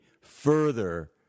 further